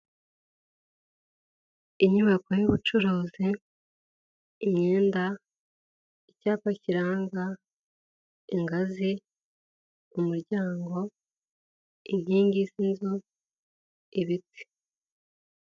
Inyubako y'ubucuruzi, imyenda, icyapa kiranga, ingazi, umuryango, inkingi z'inzu, ibiti.